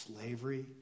slavery